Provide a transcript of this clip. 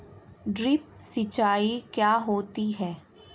Drip सिंचाई क्या होती हैं?